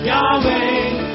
Yahweh